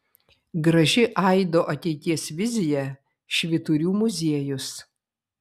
graži aido ateities vizija švyturių muziejus